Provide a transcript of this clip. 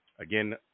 Again